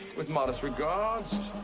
with modest regards,